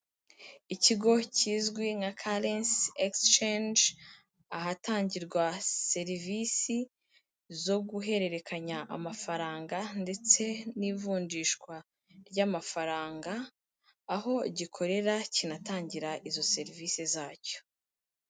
Ikigo kizwi nka karensi egisicenji, ahatangirwa serivisi zo guhererekanya amafaranga ndetse n'ivunjishwa ry'amafaranga, aho gikorera kinatangira izo serivisi zacyo.